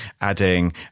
adding